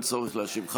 אין צורך להשיב.